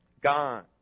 gone